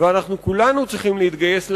ואנחנו כולנו צריכים להתגייס להגנתה,